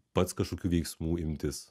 pats kažkokių veiksmų imtis